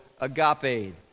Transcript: agape